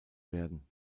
werden